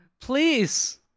Please